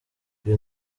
iyo